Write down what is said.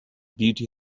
beauty